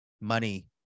money